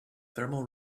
thermal